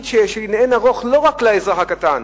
שיש בו היא גדולה לאין-ערוך לא רק לאזרח הקטן